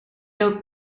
loopt